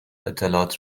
اطلاعات